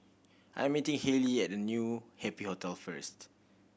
I'm meeting Haley at New Happy Hotel first